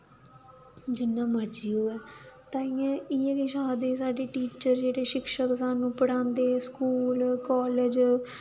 जिन्ना मर्जी होऐ ताइयें इ'यै किश आखदे साढ़े टीचर जेह्ड़े शिक्षक सानूं पढ़ांदे स्कूल कालेज